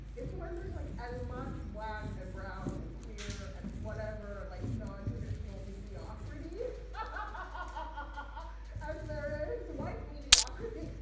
it's when there's, like, as much black and brown and queer and whatever, like, non-traditional mediocrity but as there is white mediocrity.